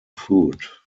food